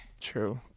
True